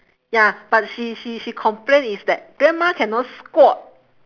ya but she she she complain it's that grandma cannot squat